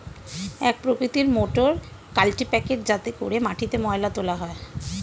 এক প্রকৃতির মোটর কাল্টিপ্যাকের যাতে করে মাটিতে ময়লা তোলা হয়